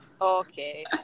Okay